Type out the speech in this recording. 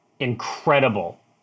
Incredible